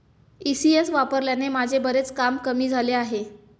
ECS वापरल्याने माझे बरेच काम कमी झाले आहे